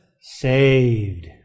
saved